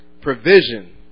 provision